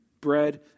bread